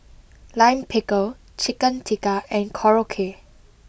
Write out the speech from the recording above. Lime Pickle Chicken Tikka and Korokke